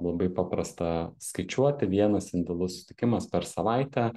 labai paprasta skaičiuoti vienas individualus susitikimas per savaitę